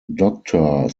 doctor